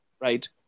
right